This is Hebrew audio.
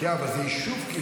אבל זה יישוב.